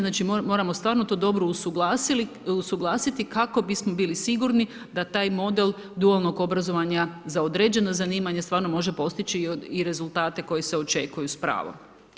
Znači, moramo stvarno to dobro usuglasiti kako bismo bili sigurni, da taj model dualnog obrazovanja, za određeno zanimanje, stvarno može postići i rezultate koje se očekuju s pravom.